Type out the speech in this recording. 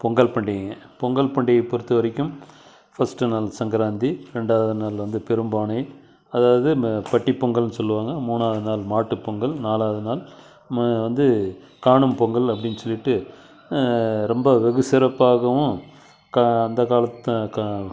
பொங்கல் பண்டிகைங்க பொங்கல் பண்டிகை பொறுத்த வரைக்கும் ஃபஸ்ட்டு நாள் சங்கராந்தி ரெண்டாவது நாள் வந்து பெரும்பானை அதாவது பட்டிப்பொங்கல்ன்னு சொல்லுவாங்க மூணாவது நாள் மாட்டு பொங்கல் நாலாவது நாள் வந்து காணும் பொங்கல் அப்படின்னு சொல்லிட்டு ரொம்ப வெகு சிறப்பாகவும் க அந்த காலத்து க